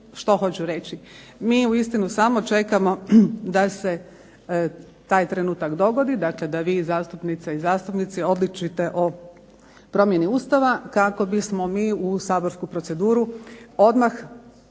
Mi uistinu samo čekamo da se taj trenutak dogodi, dakle da vi zastupnice i zastupnici odlučite o promjeni Ustava kako bismo mi u saborsku proceduru odmah ili